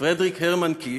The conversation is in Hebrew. פרדריק הרמן קיש,